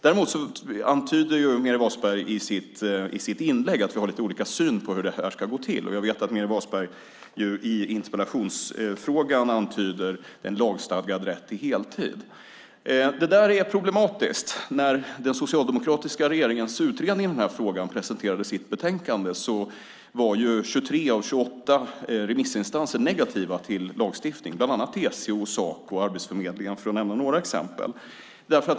Meeri Wasberg antyder i sitt inlägg att vi har lite olika syn på hur detta ska gå till. I interpellationen antyder Meeri Wasberg en lagstadgad rätt till heltid. Det där är problematiskt. När den socialdemokratiska regeringens utredning i frågan presenterade sitt betänkande var 23 av 28 remissinstanser negativa till lagstiftning, bland annat TCO, Saco och Arbetsförmedlingen, för att nämna några exempel.